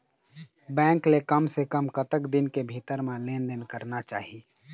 Bank ले कम से कम कतक दिन के भीतर मा लेन देन करना चाही?